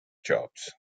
jobs